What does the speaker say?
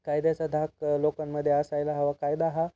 कायद्याचा धाक लोकांमध्येे असायला हवा कायदा हा